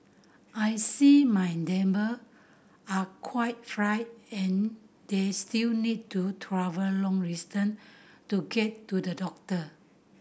I see my neighbour are quite frail and they still need to travel long distance to get to the doctor